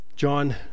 John